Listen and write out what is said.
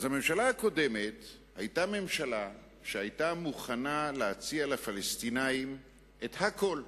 הממשלה הקודמת היתה ממשלה שמוכנה להציע לפלסטינים את הכול,